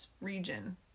region